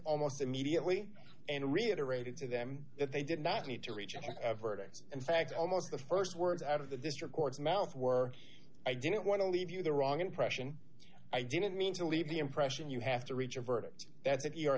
almost immediately and reiterated to them that they did not need to reach a verdict in fact almost the st words out of this records mouth were i didn't want to leave you the wrong impression i didn't mean to leave the impression you have to reach a verdict that's it your